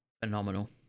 phenomenal